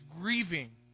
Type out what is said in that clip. grieving